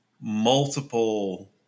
multiple